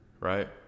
right